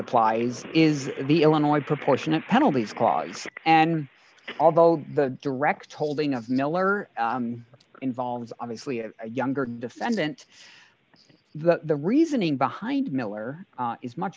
applies is the illinois proportionate penalties cause and although the direct holding of miller involves obviously a younger defendant the the reasoning behind miller is much